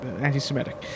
anti-Semitic